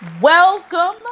welcome